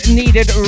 needed